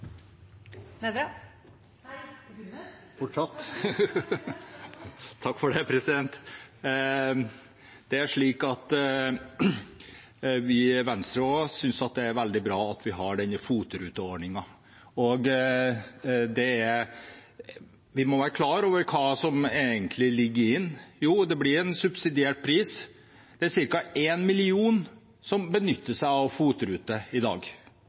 veldig bra at vi har FOT-ruteordningen. Vi må være klar over hva som egentlig ligger i den. Jo, det blir en subsidiert pris. Det er ca. 1 million som benytter seg av FOT-ruter i dag,